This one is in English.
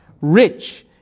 rich